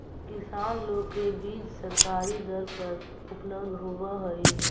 किसान लोग के बीज सरकारी दर पर उपलब्ध होवऽ हई